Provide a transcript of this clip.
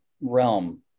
realm